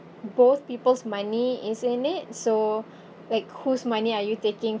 both people's money is in it so like whose money are you taking